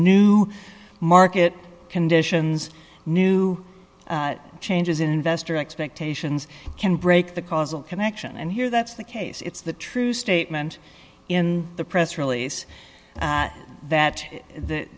new market conditions new changes in investor expectations can break the causal connection and here that's the case it's the true statement in the press release that th